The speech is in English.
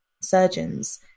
surgeons